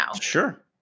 Sure